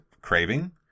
craving